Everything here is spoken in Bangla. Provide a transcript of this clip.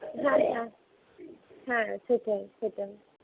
হ্যাঁ সেটাই সেটাই